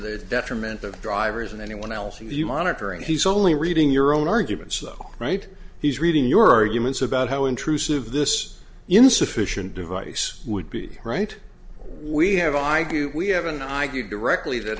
the detriment of drivers and anyone else if you monitor and he's only reading your own arguments right he's reading your arguments about how intrusive this insufficient device would be right we have all i do we have an i q directly that